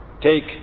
Take